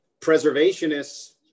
preservationists